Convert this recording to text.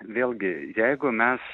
vėlgi jeigu mes